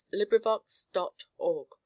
LibriVox.org